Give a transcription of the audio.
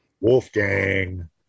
Wolfgang